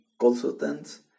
consultants